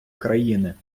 країни